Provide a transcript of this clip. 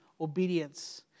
obedience